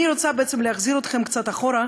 אני רוצה בעצם להחזיר אתכם קצת אחורה,